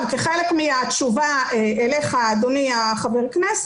כחלק מהתשובה אליך אדוני הח"כ,